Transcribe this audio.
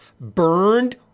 burned